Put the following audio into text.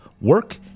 work